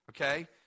okay